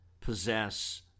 possess